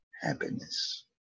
happiness